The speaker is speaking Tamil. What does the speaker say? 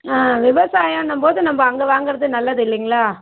ஆ விவசாயன்னும்போது நம்ப அங்கே வாங்குறது தான் நல்லது இல்லைங்களா